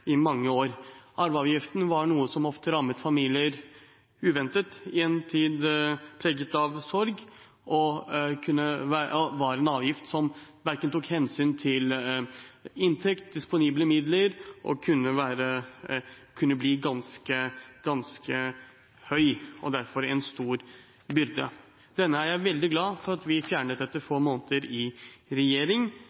i mange år. Arveavgiften var noe som ofte rammet familier uventet, i en tid preget av sorg, og var en avgift som verken tok hensyn til inntekt eller til disponible midler, og kunne bli ganske høy og derfor en stor byrde. Denne er jeg veldig glad for at vi fjernet etter